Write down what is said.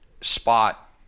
spot